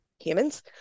humans